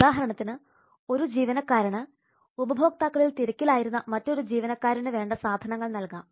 ഉദാഹരണത്തിന് ഒരു ജീവനക്കാരന് ഉപഭോക്താക്കളിൽ തിരക്കിലായിരുന്ന മറ്റൊരു ജീവനക്കാരന് വേണ്ട സാധനങ്ങൾ നൽകാം